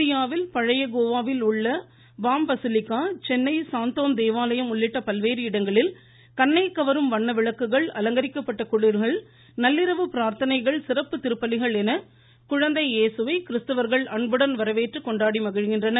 இந்தியாவில் பழைய கோவாவில் உள்ள பாம் பசலிக்கா சென்னை சான்தோம் தேவாலயம் உள்ளிட்ட பல்வேறு இடங்களில் கண்ணை கவரும் வண்ண விளக்குகள் அலங்கரிக்கப்பட்ட குடில்கள் நள்ளிரவு பிரார்த்தனைகள் சிறப்பு திருப்பலிகள் என குழந்தை ஏசுவை கிறிஸ்தவர்கள் அன்புடன் வரவேற்று கொண்டாடி மகிழ்கின்றனர்